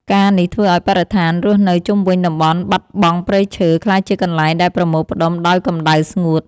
ការណ៍នេះធ្វើឱ្យបរិស្ថានរស់នៅជុំវិញតំបន់បាត់បង់ព្រៃឈើ ក្លាយជាកន្លែងដែលប្រមូលផ្ដុំដោយកម្ដៅស្ងួត។